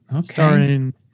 Starring